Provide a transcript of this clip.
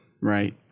right